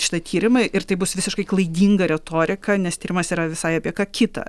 šitą tyrimą ir tai bus visiškai klaidinga retorika nes tyrimas yra visai apie ką kitą